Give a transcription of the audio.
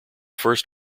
first